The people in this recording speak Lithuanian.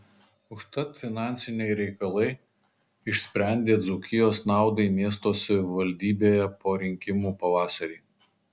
užtat finansiniai reikalai išsprendė dzūkijos naudai miesto savivaldybėje po rinkimų pavasarį